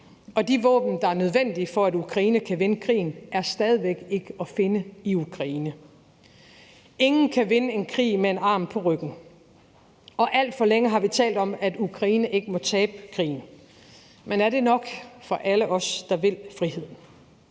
og de våben, der er nødvendige, for at Ukraine kan vinde krigen, er stadig væk ikke at finde i Ukraine. Ingen kan vinde en krig med en arm på ryggen, og alt for længe har vi talt om, at Ukraine ikke må tabe krigen. Men er det nok for alle os, der vil friheden?